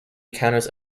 encounters